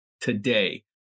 today